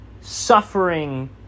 Suffering